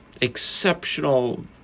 exceptional